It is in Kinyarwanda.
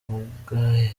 uhagaze